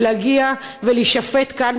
שיגיע ויישפט כאן,